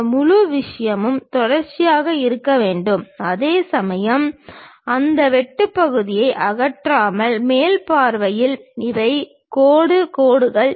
இந்த முழு விஷயமும் தொடர்ச்சியாக இருக்க வேண்டும் அதேசமயம் அந்த வெட்டு பகுதியை அகற்றாமல் மேல் பார்வையில் இவை கோடு கோடுகள்